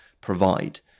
provide